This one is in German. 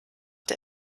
der